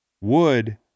Wood